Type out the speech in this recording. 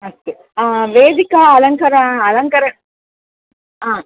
अस्तु वेदिका अलङ्कारः अलङ्कारः